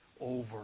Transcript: over